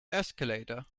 escalator